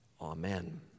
Amen